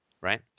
Right